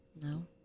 No